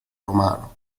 romano